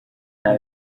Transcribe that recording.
nta